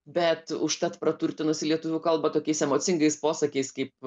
bet užtat praturtinusi lietuvių kalbą tokiais emocingais posakiais kaip